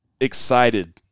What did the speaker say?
excited